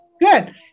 Good